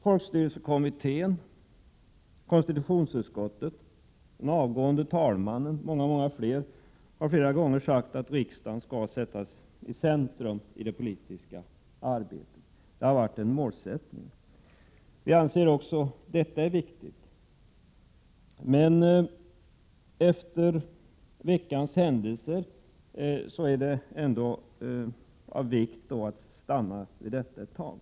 Folkstyrelsekommittén, konstitutionsutskottet, den avgående talmannen och många fler har flera gånger sagt att riksdagen skall sättas i centrum i det politiska arbetet. Det har varit en målsättning. Också vi anser att detta är viktigt. Efter veckans händelser är det av vikt att stanna vid detta ett tag.